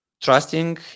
trusting